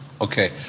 Okay